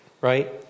right